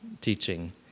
teaching